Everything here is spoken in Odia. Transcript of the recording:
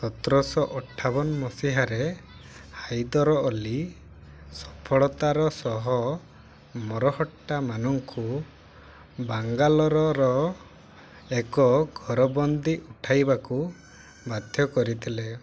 ସତରଶହ ଅଠାବନ ମସିହାରେ ହାଇଦର୍ ଅଲି ସଫଳତାର ସହ ମରହଟ୍ଟାମାନଙ୍କୁ ବାଙ୍ଗାଲୋରର ଏକ ଘରବନ୍ଦୀ ଉଠାଇବାକୁ ବାଧ୍ୟ କରିଥିଲେ